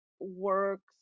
works